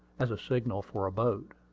as a signal for a boat.